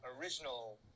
original